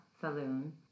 Saloon